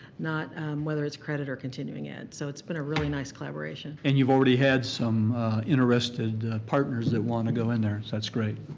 not whether it's credit or continuing ed so it's been a really nice collaboration. and you've already had some interested partners that want to go in there so that's great.